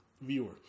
viewer